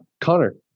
Connor